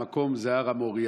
המקום הזה הוא הר המוריה.